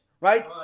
right